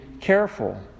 careful